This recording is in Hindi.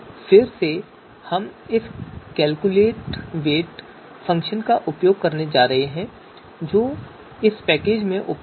फिर से हम इस कैलकुलेटवेट फ़ंक्शन का उपयोग करने जा रहे हैं जो इस पैकेज में उपलब्ध है